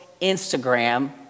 Instagram